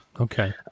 okay